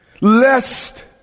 Lest